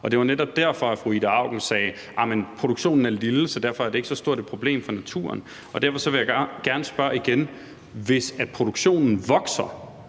det var netop derfor, fru Ida Auken sagde, at produktionen er lille, og at det derfor ikke er så stort et problem for naturen. Derfor vil jeg gerne spørge igen: Hvis produktionen vokser